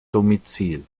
domizil